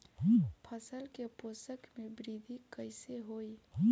फसल के पोषक में वृद्धि कइसे होई?